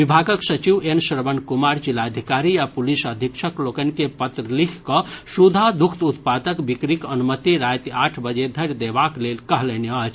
विभागक सचिव एन श्रवण कुमार जिलाधिकारी आ पुलिस अधीक्षक लोकनि के पत्र लिखि कऽ सुधा दुग्ध उत्पादक बिक्रीक अनुमति राति आठ बजे धरि देबाक लेल कहलनि अछि